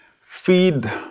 Feed